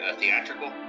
theatrical